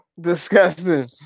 Disgusting